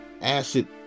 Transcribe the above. acid